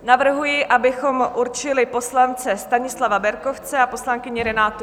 Navrhuji, abychom určili poslance Stanislava Berkovce a poslankyni Renátu Zajíčkovou.